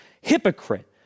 Hypocrite